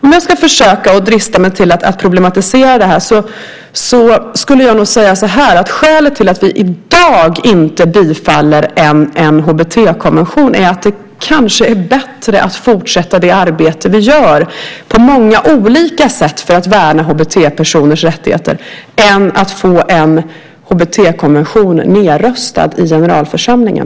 Om jag ska försöka drista mig till att problematisera det här skulle jag nog säga att skälet till att vi i dag inte tillstyrker förslaget om en HBT-konvention är att det kanske är bättre att fortsätta det arbete som vi på många olika sätt gör för att värna HBT-personers rättigheter än att få en HBT-konvention nedröstad i generalförsamlingen.